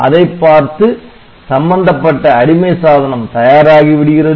அதை பார்த்து சம்பந்தப்பட்ட அடிமை சாதனம் தயாராகி விடுகிறது